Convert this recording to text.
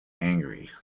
angry